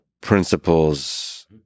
principles